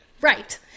Right